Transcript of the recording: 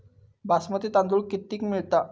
बासमती तांदूळ कितीक मिळता?